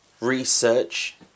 Research